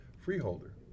Freeholder